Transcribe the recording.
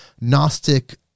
Gnostic